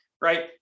right